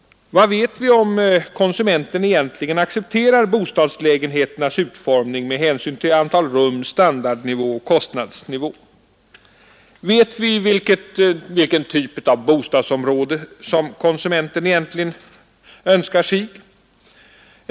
Vet vi om konsumenten egentligen accepterar bostadslägenheternas utformning med hänsyn till antal rum, standardnivå och kostnadsnivå? Vet vi vilken typ av bostadsområde som konsumenten egentligen önskar sig?